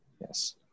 Yes